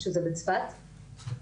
שזה בצפת,